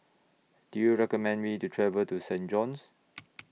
Do YOU recommend Me to travel to Saint John's